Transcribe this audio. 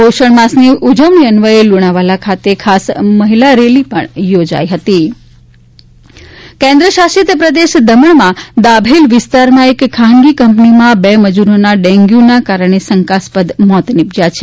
પોષણ માસની ઉજવણી અન્વયે લુણાવાડા ખાતે ખાસ મહિલા રેલી યોજાઇ ગઇ હતી દીવ દમણ ડેંગ્યું કેન્દ્ર શાસિત પ્રદેશ દમણમાં દાભેલ વીસ્તારમાં એક ખાનગી કંપનીમાં બે મજુરોના ડેંગ્યુના કારણે શંકાસ્પદ મોત નિપજયા છે